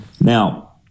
Now